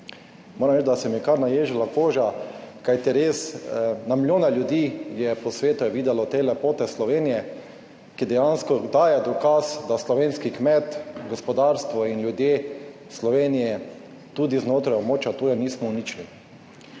moram reči, da se mi je kar naježila koža, kajti res, na milijone ljudi je po svetu je videlo te lepote Slovenije, ki dejansko daje dokaz, da slovenski kmet, gospodarstvo in ljudje Slovenije tudi znotraj območja, tu je nismo uničili